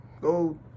go